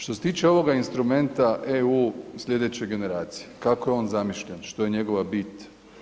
Što se tiče ovoga instrumenta EU slijedeće generacije, kako je on zamišljen, što je njegova bit.